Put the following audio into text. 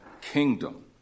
kingdom